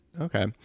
okay